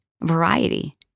variety